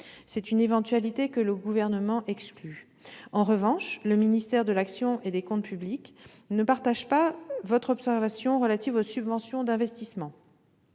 C'est une éventualité que le Gouvernement exclut. En revanche, le ministère de l'action et des comptes publics ne partage pas votre observation relative aux subventions d'investissement,